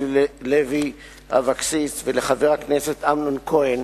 לוי אבקסיס ולחבר הכנסת אמנון כהן